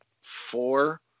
four